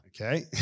Okay